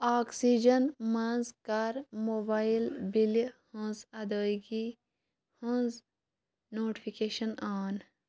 oxygen منٛز کَر mobile بِلہِ ہٕنٛز ادٲیگی ہٕنٛز نوٹِفِکیشن آن